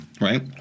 right